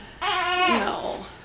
No